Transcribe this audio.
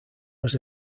was